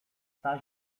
staś